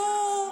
והוא,